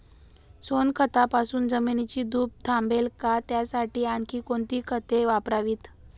सोनखतापासून जमिनीची धूप थांबेल का? त्यासाठी आणखी कोणती खते वापरावीत?